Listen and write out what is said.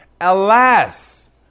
Alas